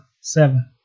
Seven